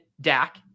Dak